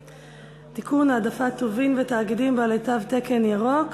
(תיקון, העדפת טובין ותאגידים בעלי תו תקן ירוק).